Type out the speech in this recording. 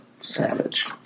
Savage